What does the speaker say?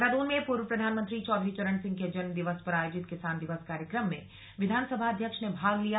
देहरादून में पूर्व प्रधानमंत्री चौधरी चरण सिंह के जन्मदिवस पर आयोजित किसान दिवस कार्यक्रम में विधानसभा अध्यक्ष ने भाग लिया